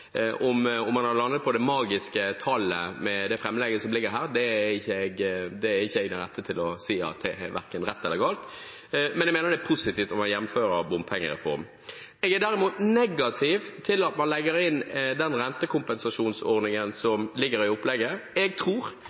Om man har landet på det magiske tallet med det framlegget som ligger her, er ikke jeg den rette til å si – jeg kan ikke si at det er verken rett eller galt – men jeg mener det er positivt å gjennomføre en bompengereform. Jeg er derimot negativ til den rentekompensasjonsordningen som ligger i opplegget. Jeg tror